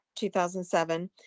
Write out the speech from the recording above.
2007